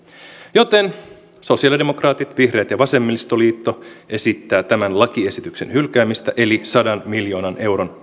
joten sosialidemokraatit vihreät ja vasemmistoliitto esittävät tämän lakiesityksen hylkäämistä eli sadan miljoonan euron